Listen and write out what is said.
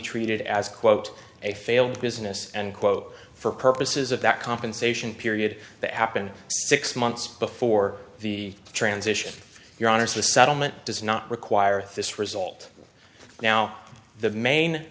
treated as quote a failed business and quote for purposes of that compensation period that happened six months before the transition your honour's the settlement does not require thess result now the main